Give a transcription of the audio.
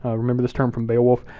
remember this term from beowulf.